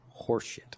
horseshit